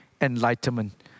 enlightenment